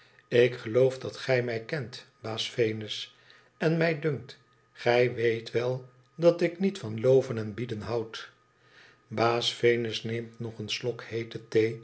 ik geloof dat gij mij kent baas venus en mij dunkt gij weet wel dat ik niet van loven en bieden houd baas venus neemt nog een slok heete